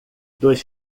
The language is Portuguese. dois